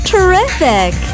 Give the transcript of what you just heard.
Terrific